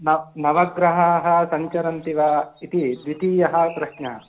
नवग्रहाः सञ्चरन्ति वा इति द्वितीयः प्रश्न